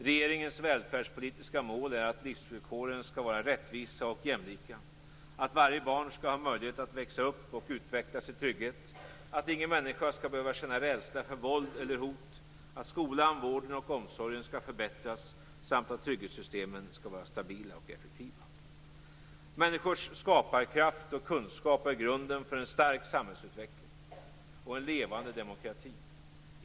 Regeringens välfärdspolitiska mål är att livsvillkoren skall vara rättvisa och jämlika, att varje barn skall ha möjlighet att växa upp och utvecklas i trygghet, att ingen människa skall behöva känna rädsla för våld eller hot, att skolan, vården och omsorgen skall förbättras samt att trygghetssystemen skall vara stabila och effektiva. Människors skaparkraft och kunskap är grunden för en stark samhällsutveckling och en levande demokrati.